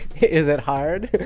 is it hard?